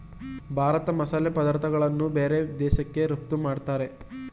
ಭಾರತ ಮಸಾಲೆ ಪದಾರ್ಥಗಳನ್ನು ಬೇರೆ ದೇಶಕ್ಕೆ ರಫ್ತು ಮಾಡತ್ತರೆ